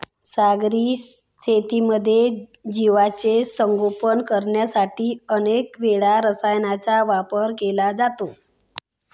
सागरी शेतीमध्ये जीवांचे संगोपन करण्यासाठी अनेक वेळा रसायनांचा वापर केला जातो